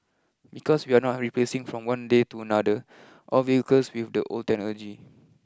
because we are not replacing from one day to another all vehicles with the old technology